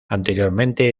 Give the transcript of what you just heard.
anteriormente